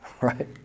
right